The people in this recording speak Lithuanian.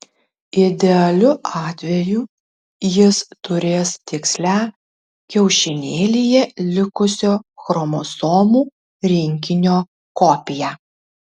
idealiu atveju jis turės tikslią kiaušinėlyje likusio chromosomų rinkinio kopiją